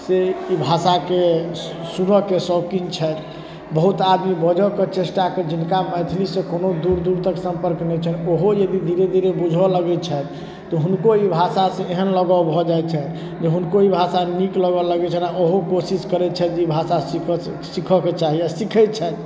से ई भाषाके सुनैके शौकीन छथि बहुत आदमी बजैके चेष्टा करै जिनका मैथिलीसँ कोनो दूर दूर तक सम्पर्क नहि छनि ओहो यदि धीरे धीरे बूझऽ लगै छथि तऽ हुनको ई भाषासँ एहन लगाव भऽ जाइ छनि जे हुनको ई भाषा नीक लगऽ लगै छनि आओर ओहो कोशिश करैत छथि जे ई भाषा सीखऽ सीखऽ के चाही आओर सीखै छथि